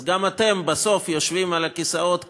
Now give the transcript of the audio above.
אז גם אתם בסוף יושבים על הכיסאות כאן,